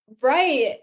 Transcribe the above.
Right